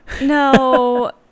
no